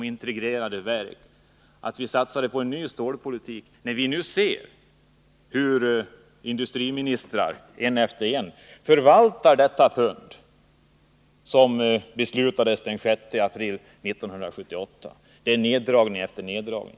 Kanske vi kunde satsa på en ny stålpolitik — när vi nu ser hur den ene industriministern efter den andre förvaltar detta pund — som det beslutades om den 6 april 1978. Det blir neddragning efter neddragning.